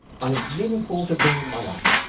i have never fought a bull in my life.